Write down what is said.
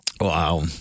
Wow